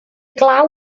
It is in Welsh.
glaw